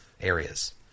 areas